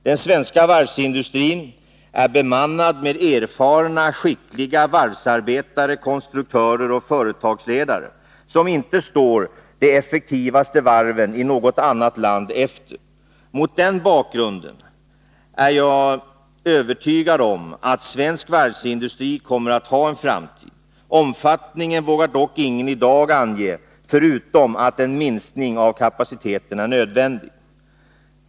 Den svenska varvsindustrin är bemannad med erfarna, skickliga företagsledare, konstruktörer och varvsarbetare, som inte står de effektivaste varven i något annat land efter. Mot den bakgrunden är jag övertygad om att svensk varvsindustri kommer att ha en framtid. Omfattningen vågar dock ingen i dag ange, förutom att en minskning av kapaciteten är nödvändig. Den skisserade situationen för världens varvsindustri har medfört att statliga stödåtgärder spelat en framträdande roll i den internationella varvskonkurrensen. Samtliga Sveriges viktigaste konkurrentländer har i dag ett omfattande statligt stöd till den inhemska varvsindustrin. Mot den bakgrunden är jag övertygad om att svensk varvsindustri kommer att ha en framtid. Omfattningen vågar dock ingen i dag ange, förutom att en minskning av kapaciteten är nödvändig.